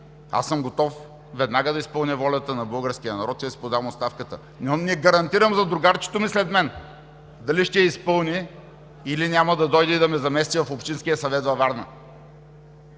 аз съм готов веднага да изпълня волята на българския народ и да си подам оставката, но не гарантирам за другарчето ми след мен дали ще я изпълни, или няма да дойде и да ме замести в Общинския съвет във Варна.“